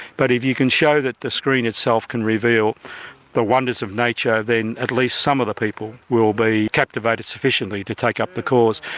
but if you can show that the screen itself can reveal the wonders of nature, then at least some of the people will be captivated sufficiently to take up the cause.